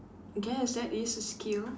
guess that is a skill